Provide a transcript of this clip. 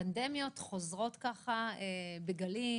שפנדמיות חוזרות בגלים,